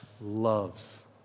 loves